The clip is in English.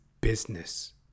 business